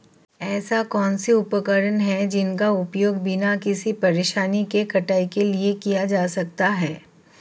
ऐसे कौनसे उपकरण हैं जिनका उपयोग बिना किसी परेशानी के कटाई के लिए किया जा सकता है?